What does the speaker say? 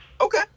Okay